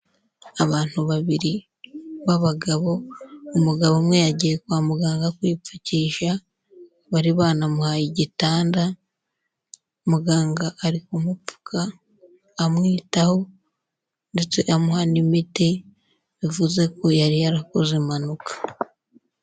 Abantu babiri b'abagabo, umugabo umwe yagiye kwa muganga kwipfukisha bari banamuhaye igitanda, muganga ari kumupfuka amwitaho ndetse amuha n'imiti bivuze ko yari yarakoze impanuka.